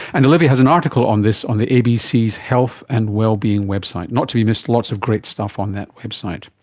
and olivia has an article on this on the abcs health and wellbeing website, not to be missed, lots of great stuff on that website